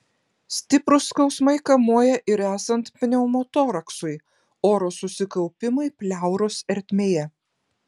stiprūs skausmai kamuoja ir esant pneumotoraksui oro susikaupimui pleuros ertmėje